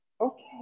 okay